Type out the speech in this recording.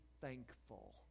thankful